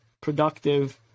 productive